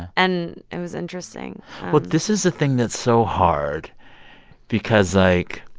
and it was interesting well, this is the thing that's so hard because, like,